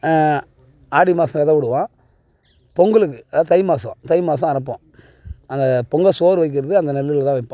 ஆடி மாதம் வித விடுவோம் பொங்கலுக்கு அதாவது தை மாதம் தை மாதம் அறுப்போம் அந்த பொங்கல் சோறு வைக்கிறது அந்த நெல்லில் தான் வைப்போம்